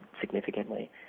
significantly